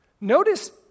notice